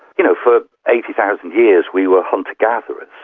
you know, for eighty thousand years we were hunter gatherers.